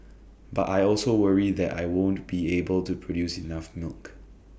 but I also worry that I won't be able to produce enough milk